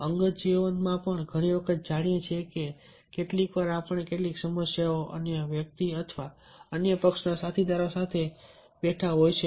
અંગત જીવનમાં ઘણી વખત જાણીએ છીએ ધારો કે કેટલીકવાર આપણને કેટલીક સમસ્યાઓ અન્ય વ્યક્તિઓ અથવા અન્ય પક્ષ ના સાથીદારો સાથે સાથે હોય છે